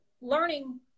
learning